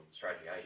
strategy